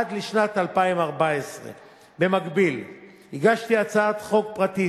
עד שנת 2014. במקביל הגשתי הצעת חוק פרטית,